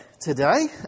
today